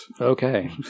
Okay